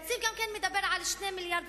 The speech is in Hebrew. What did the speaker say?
התקציב גם כן מדבר על 2.5 מיליארדי